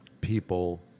people